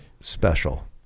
special